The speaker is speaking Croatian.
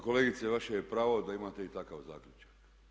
Pa kolegice, vaše je pravo da imate i takav zaključak.